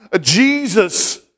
Jesus